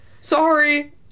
Sorry